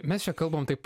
mes čia kalbam taip